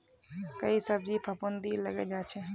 कई सब्जित फफूंदी लगे जा छे